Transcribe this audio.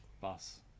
bus